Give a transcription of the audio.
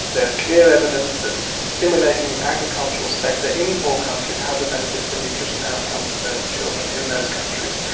there is clear evidence that stimulating the agricultural sector in poor countries has a benefit for nutrition outcomes of those children in those countries,